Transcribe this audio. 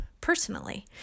personally